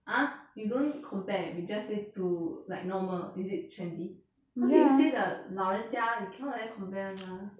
ah you don't compare you just need to like normal is it trendy you see say the 老人家 you cannot like that compare [one] mah